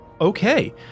Okay